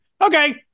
okay